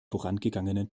vorangegangenen